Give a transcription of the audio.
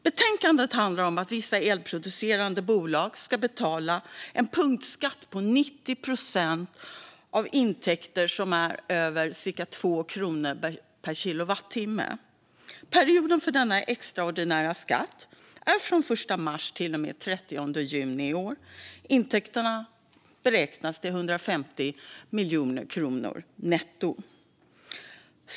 Betänkandet handlar om att vissa elproducerande bolag ska betala en punktskatt på 90 procent av intäkter som är över cirka 2 kronor per kilowattimme. Perioden för denna extraordinära skatt är från den 1 mars till och med den 30 juni i år. Intäkterna beräknas till 150 miljoner kronor netto.